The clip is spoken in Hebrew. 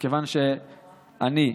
אני,